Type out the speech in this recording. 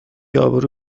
ابرو